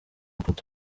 gufata